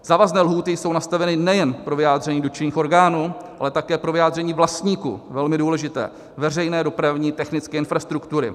Závazné lhůty jsou nastaveny nejen pro vyjádření dotčených orgánů, ale také pro vyjádření vlastníků velmi důležité veřejné dopravní technické infrastruktury.